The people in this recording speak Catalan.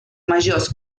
majors